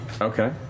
Okay